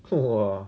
!wah!